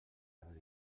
haver